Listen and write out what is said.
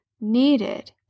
needed